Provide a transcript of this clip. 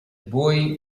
boy